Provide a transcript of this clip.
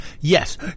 Yes